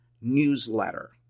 newsletter